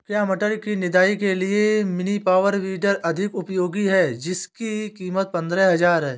क्या टमाटर की निदाई के लिए मिनी पावर वीडर अधिक उपयोगी है जिसकी कीमत पंद्रह हजार है?